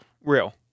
Real